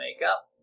makeup